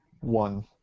one